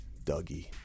dougie